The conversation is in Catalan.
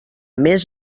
més